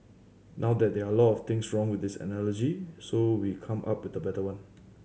now there there are a lot of things wrong with this analogy so we come up with better one